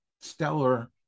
stellar